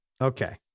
Okay